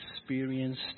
experienced